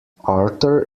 arthur